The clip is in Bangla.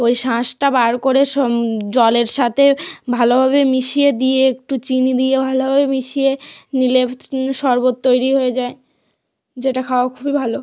ওই শাঁসটা বার করে সোম জলের সাথে ভালোভাবে মিশিয়ে দিয়ে একটু চিনি দিয়ে ভালোভাবে মিশিয়ে নিলে শরবত তৈরি হয়ে যায় যেটা খাওয়া খুবই ভালো